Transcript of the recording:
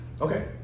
Okay